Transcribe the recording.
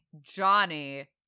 Johnny